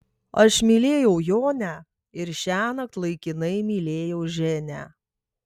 aš mylėjau jonę ir šiąnakt laikinai mylėjau ženią